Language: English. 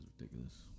ridiculous